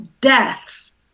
deaths